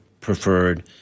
preferred